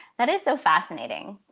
that is so fascinating.